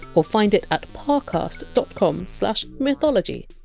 or find it at parcast dot com slash mythology.